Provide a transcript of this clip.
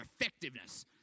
effectiveness